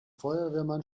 feuerwehrmann